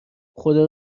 خدا